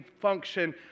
function